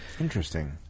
Interesting